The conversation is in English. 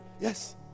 yes